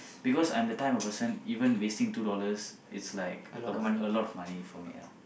because I'm the type of person even wasting two dollars is like a a lot of money for me ah